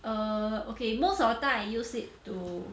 err okay most of the time I use it to